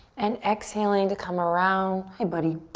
and exhaling to come around, hi buddy,